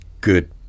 good